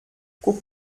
guck